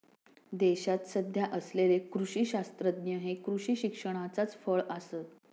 देशात सध्या असलेले कृषी शास्त्रज्ञ हे कृषी शिक्षणाचाच फळ आसत